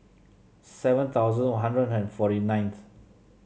seven thousand One Hundred and forty ninth